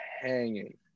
hanging